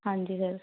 ਹਾਂਜੀ ਸਰ